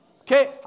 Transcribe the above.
Okay